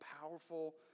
powerful